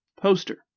Poster